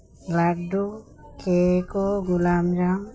laddu cake gulab jamun